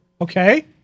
Okay